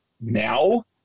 now